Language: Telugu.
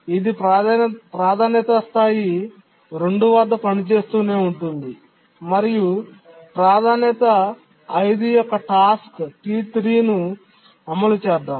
ఇది ప్రాధాన్యత స్థాయి 2 వద్ద పనిచేస్తూనే ఉంటుంది మరియు ప్రాధాన్యత 5 యొక్క టాస్క్ T3 ను అమలు చేద్దాం